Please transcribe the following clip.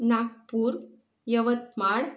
Nagpur Yavatmal